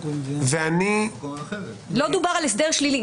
ואני --- לא דובר על הסדר שלילי.